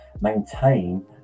maintain